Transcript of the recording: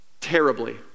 Terribly